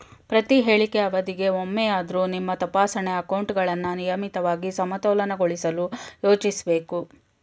ಪ್ರತಿಹೇಳಿಕೆ ಅವಧಿಗೆ ಒಮ್ಮೆಯಾದ್ರೂ ನಿಮ್ಮ ತಪಾಸಣೆ ಅಕೌಂಟ್ಗಳನ್ನ ನಿಯಮಿತವಾಗಿ ಸಮತೋಲನಗೊಳಿಸಲು ಯೋಚಿಸ್ಬೇಕು